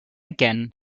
again